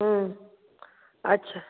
अच्छा